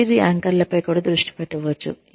career యాంకర్లపై కూడా దృష్టి పెట్టవచ్చు